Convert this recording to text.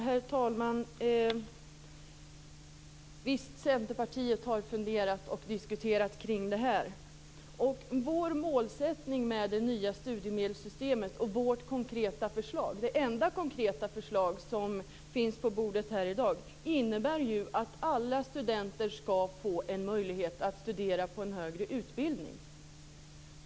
Herr talman! Visst har vi i Centerpartiet funderat på detta. Vår målsättning med det nya studiemedelssystemet och vårt konkreta förslag, som är det enda konkreta förslag som finns på bordet här i dag, innebär ju att alla studenter skall få möjlighet att studera på en högre utbildning.